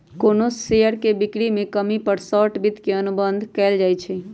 कोनो शेयर के बिक्री में कमी पर शॉर्ट वित्त के अनुबंध कएल जाई छई